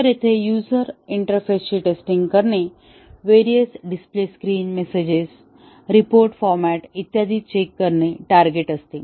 तर येथे युझर इंटरफेसची टेस्टिंग करणे various display screen messages report format इत्यादी चेक करणे टार्गेट आहेत